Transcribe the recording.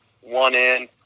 one-in